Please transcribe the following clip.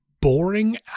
boring